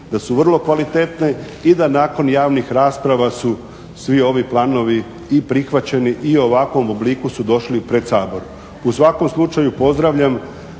da su vrlo kvalitetne i da nakon javnih rasprava su svi ovi planovi i prihvaćeni i u ovakvom obliku su došli pred Sabor. U svakom slučaju pozdravljam